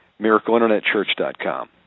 MiracleInternetChurch.com